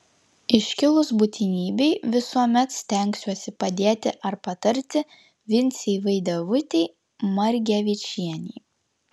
iškilus būtinybei visuomet stengsiuosi padėti ar patarti vincei vaidevutei margevičienei